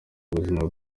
ubuzima